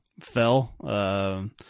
fell